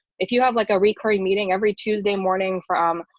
if you have like a recurring meeting every tuesday morning from,